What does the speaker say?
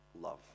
love